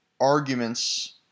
arguments